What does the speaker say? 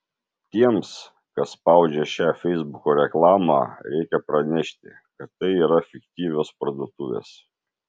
tiems kas spaudžia šią feisbuko reklamą reikia pranešti kad tai yra fiktyvios parduotuvės